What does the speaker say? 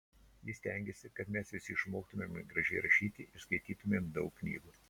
ji stengėsi kad mes visi išmoktumėme gražiai rašyti ir skaitytumėme daug knygų